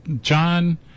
John